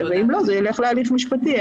אם לא, זה ילך להליך משפטי.